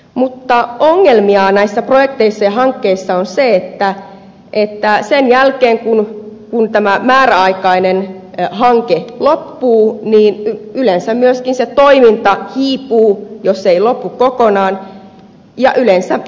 mutta ongelmana näissä projekteissa ja hankkeissa on se että sen jälkeen kun tämä määräaikainen hanke loppuu yleensä myöskin toiminta hiipuu jos ei lopu kokonaan ja yleensä rahoituksen puutteesta